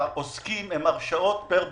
העוסקים הן פר בריכה.